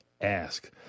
ask